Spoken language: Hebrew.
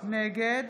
נגד